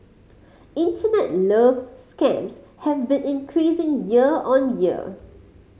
internet love scams have been increasing year on year